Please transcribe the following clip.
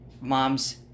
mom's